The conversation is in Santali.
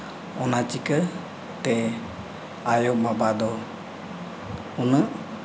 ᱚᱱᱟᱪᱤᱠᱟᱹᱛᱮ ᱟᱭᱳᱼᱵᱟᱵᱟ ᱫᱚ ᱩᱱᱟᱹᱜ